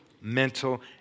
mental